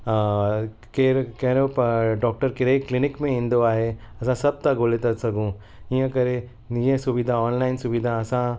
केर कहिड़ो डॉक्टर कहिड़े क्लिनिक में ईंदो आहे असां सभु था ॻोल्हे था सघूं हीअं करे इहे सुविधा ऑनलाइन सुविधा असां